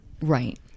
right